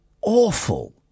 awful